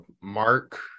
Mark